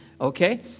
Okay